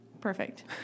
Perfect